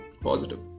positive